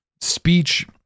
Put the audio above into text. speech